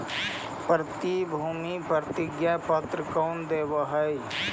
प्रतिभूति प्रतिज्ञा पत्र कौन देवअ हई